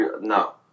No